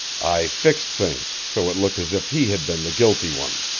i fixed things so it looked as if he had been the guilty one.